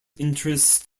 interest